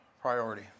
priority